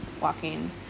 walking